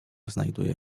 znajduje